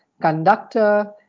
conductor